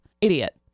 Idiot